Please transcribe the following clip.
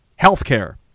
healthcare